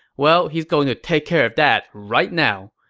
well, he's going to take care of that right now,